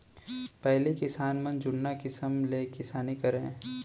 पहिली किसान मन जुन्ना किसम ले किसानी करय